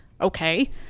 okay